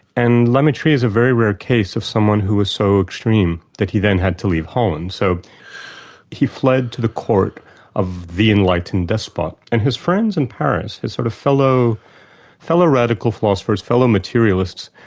and la mettrie is a very rare case of someone who was so extreme that he then had to leave holland, so he fled to the court of the enlightened despot. and his friends in paris, the sort of fellow fellow radical philosophers, fellow materialists,